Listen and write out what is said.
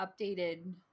updated